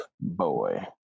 boy